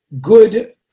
good